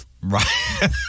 Right